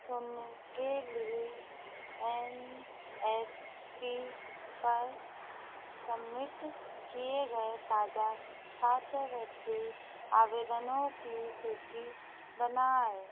शून्य के लिए एन एस पी पर सबमिट किए गए ताज़ा छात्रवृत्ति आवेदनों की सूचि बनाएँ